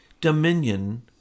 dominion